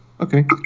Okay